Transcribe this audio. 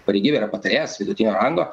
pareigybė yra patarėjas vidutinio rango